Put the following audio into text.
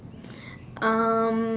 um